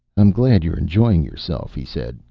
i'm glad you're enjoying yourself! he said.